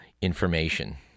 information